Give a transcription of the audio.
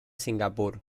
singapur